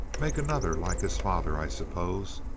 make another like his father, i suppose.